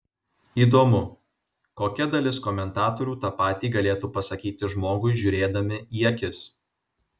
įdomu kokia dalis komentatorių tą patį galėtų pasakyti žmogui žiūrėdami į akis